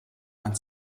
ein